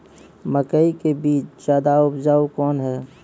मकई के बीज ज्यादा उपजाऊ कौन है?